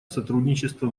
сотрудничество